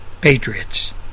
patriots